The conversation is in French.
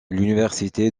l’université